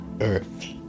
earth